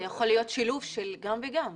זה יכול להיות שילוב של גם וגם,